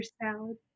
salad